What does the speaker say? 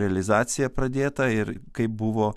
realizacija pradėta ir kaip buvo